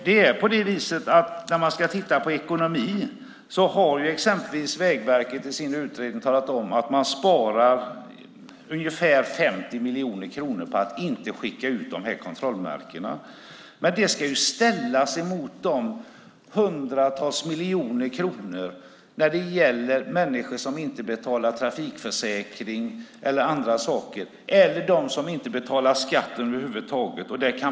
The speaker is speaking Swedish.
Om vi ska titta på ekonomin har exempelvis Vägverket i sin utredning talat om att man sparar ungefär 50 miljoner kronor på att inte skicka ut de här kontrollmärkena. Det ska ställas mot de hundratals miljoner kronor som vi inte får in när människor inte betalar trafikförsäkring eller andra saker eller inte betalar skatt över huvud taget.